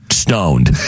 stoned